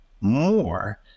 more